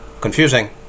confusing